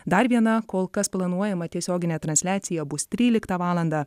dar viena kol kas planuojama tiesioginė transliacija bus tryliktą valandą